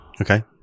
Okay